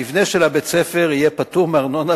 המבנה של בית-הספר יהיה פטור מארנונה,